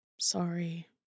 sorry